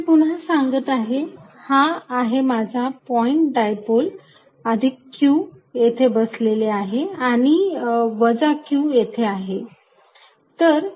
मी पुन्हा सांगत आहे हा आहे माझा पॉईंट डायपोल अधिक q येथे बसलेले आहे आणि वजा q येथे आहे